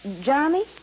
Johnny